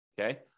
Okay